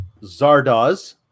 Zardoz